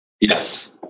Yes